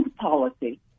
policy